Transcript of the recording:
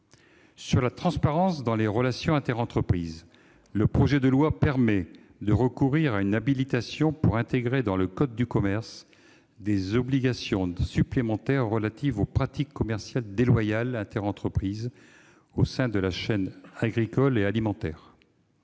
la transparence dans les relations interentreprises, le projet de loi permet de recourir à une habilitation pour inscrire dans le code de commerce des obligations supplémentaires relatives aux pratiques commerciales déloyales interentreprises au sein de la chaîne agricole et alimentaire.